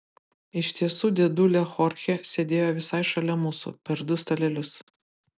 iš tiesų dėdulė chorchė sėdėjo visai šalia mūsų per du stalelius